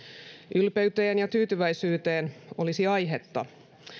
ylpeyteen ja tyytyväisyyteen olisi aihetta